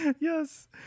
Yes